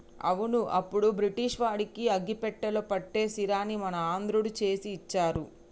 అవును అప్పుడు బ్రిటిష్ వాడికి అగ్గిపెట్టెలో పట్టే సీరని మన ఆంధ్రుడు చేసి ఇచ్చారు